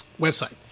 website